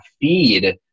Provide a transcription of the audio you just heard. feed